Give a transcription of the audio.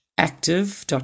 active